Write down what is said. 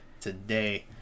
today